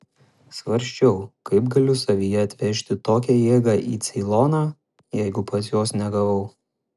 svarsčiau kaip galiu savyje atvežti tokią jėgą į ceiloną jeigu pats jos negavau